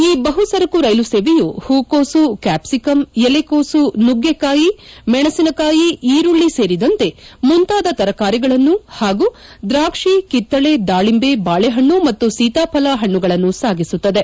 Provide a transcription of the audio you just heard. ಈ ಬಹು ಸರಕು ರೈಲು ಸೇವೆಯು ಪೂ ಕೋಸು ಕಾಪ್ಲಿಕಂ ಎಲೆಕೋಸು ನುಗ್ಗೆಕಾಯಿ ಮೆಣಸಿನಕಾಯಿ ಈರುಳ್ಳಿ ಸೇರಿದಂತೆ ಮುಂತಾದ ತರಕಾರಿಗಳನ್ನು ಹಾಗೂ ದೂಕ್ಷಿ ಕಿತ್ತಳೆ ದಾಳಿಂಬೆ ಬಾಳೆಹಣ್ಣು ಮತ್ತು ಸೀತಾಫಲ ಪಣ್ಣಗಳನ್ನು ಸಾಗಿಸುತ್ತದೆ